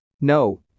No